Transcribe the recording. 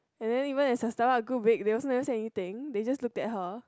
and then even as the stomach grew big they also never say anything they just look at her